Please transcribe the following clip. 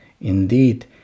Indeed